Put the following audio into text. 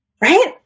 Right